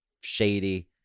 shady